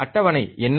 அட்டவணை என்ன